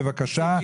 בבקשה.